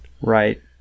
Right